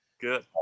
good